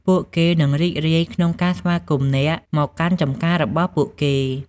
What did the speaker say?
ពួកគេនឹងរីករាយក្នុងការស្វាគមន៍អ្នកមកកាន់ចម្ការរបស់ពួកគេ។